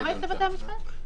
כמה יש לבתי המשפט?